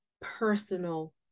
personal